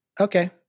okay